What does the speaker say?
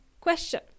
question